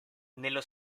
nello